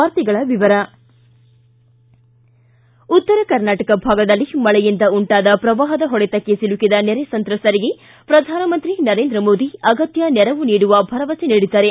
ವಾರ್ತೆಗಳ ವಿವರ ಉತ್ತರ ಕರ್ನಾಟಕ ಭಾಗದಲ್ಲಿ ಮಳೆಯಿಂದ ಉಂಟಾದ ಪ್ರವಾಹದ ಹೊಡೆತಕ್ಕೆ ಸಿಲುಕಿದ ನೆರೆ ಸಂತ್ರಸ್ತರಿಗೆ ಪ್ರಧಾನಮಂತ್ರಿ ನರೇಂದ್ರ ಮೋದಿ ಅಗತ್ತ ನೆರವು ನೀಡುವ ಭರವಸೆ ನೀಡಿದ್ದಾರೆ